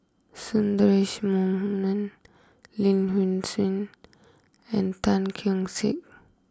Sundaresh Menon Lin Hsin and Tan Keong Saik